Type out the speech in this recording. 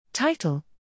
Title